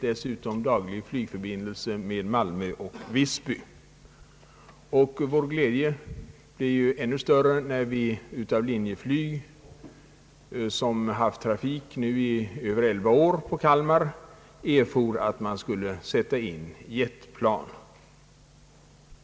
Dessutom har vi daglig flygförbindelse med Malmö och Visby. Vår glädje blev ännu större när vi av Linjeflyg, som nu i över elva år haft trafik på Kalmar, erfor att man skulle sätta in jetplan.